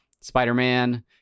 Spider-Man